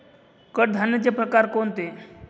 कडधान्याचे प्रकार कोणते?